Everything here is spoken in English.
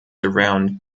around